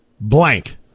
blank